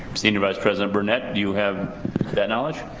senior vice president burnett, do have that knowledge?